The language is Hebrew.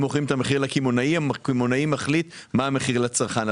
הם מוכרים את המחיר לקמעונאי והקמעונאי מחליט מה המחיר לצרכן.